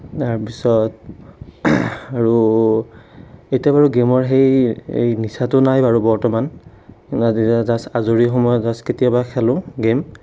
তাৰপিছত আৰু এতিয়া বাৰু গেমৰ সেই এই নিচাটো নাই বাৰু বৰ্তমান এতিয়া আজৰি সময়ত জাষ্ট কেতিয়াবা খেলোঁ গেম